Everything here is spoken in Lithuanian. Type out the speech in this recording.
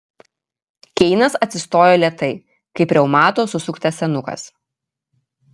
keinas atsistojo lėtai kaip reumato susuktas senukas